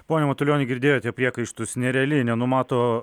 pone matulioni girdėjote priekaištus nereali nenumato